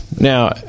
now